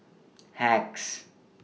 Hacks